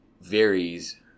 varies